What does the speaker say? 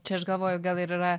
čia aš galvoju gal ir yra